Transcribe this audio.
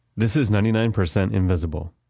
this is ninety nine percent invisible,